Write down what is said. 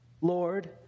Lord